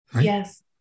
Yes